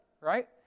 right